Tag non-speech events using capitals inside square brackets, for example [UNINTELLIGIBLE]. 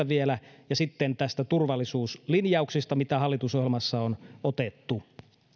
[UNINTELLIGIBLE] vielä työstä ja sitten näistä turvallisuuslinjauksista mitä hallitusohjelmassa on otettu